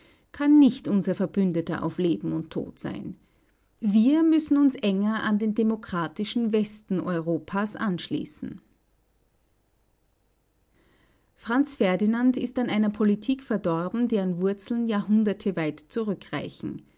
kann nicht unser verbündeter auf leben und tod sein wir müssen uns enger an den demokratischen westen europas anschließen franz ferdinand ist an einer politik verdorben deren wurzeln jahrhunderteweit zurückreichen